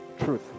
truth